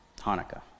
Hanukkah